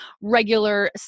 regular